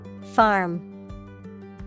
Farm